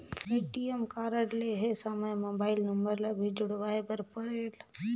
ATM card लहे समय mobile number ला भी जुड़वाए बर परेल?